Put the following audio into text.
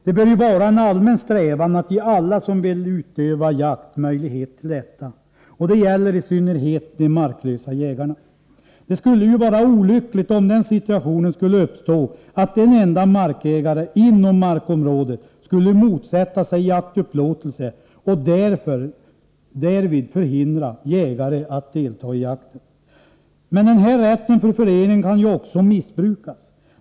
Det bör vara en allmän strävan att ge alla som vill utöva jakt möjlighet till detta, och det gäller i synnerhet de marklösa jägarna. Det skulle vara olyckligt om den situationen uppstod att en enda markägare inom markområdet motsatte sig jaktupplåtelser och därvid förhindrade jägare att delta i jakten. Men den här rätten för föreningen kan också missbrukas.